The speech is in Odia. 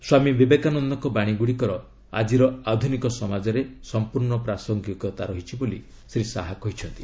ସ୍ୱାମୀ ବିବେକାନନ୍ଦଙ୍କ ବାଣୀଗୁଡ଼ିକର ଆକ୍ଟିର ଆଧୁନିକ ସମାଜରେ ସମ୍ପର୍ଶ୍ଣ ପ୍ରାସଙ୍ଗିକତା ରହିଛି ବୋଲି ଶ୍ରୀ ଶାହା କହିଛନ୍ତି